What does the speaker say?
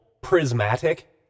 Prismatic